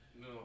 No